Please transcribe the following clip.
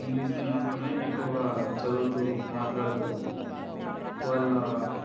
ఇంగ్లీష్ని మాత్రమే ఎక్కువగా చదువుతూ మాట్లాడుతూ వాళ్ళ